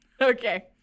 Okay